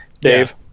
Dave